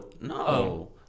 No